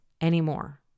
anymore